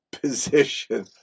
position